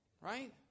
right